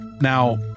Now